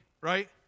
right